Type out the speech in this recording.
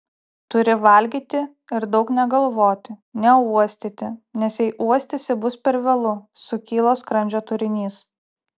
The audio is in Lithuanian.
turi valgyti ir daug negalvoti neuostyti nes jei uostysi bus per vėlu sukyla skrandžio turinys